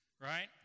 right